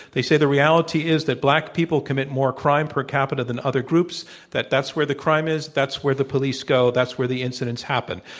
they say the reality is that black people commit more crime per capita than other groups that that's where the crime is, that's where the police go, that's where the incidents happen.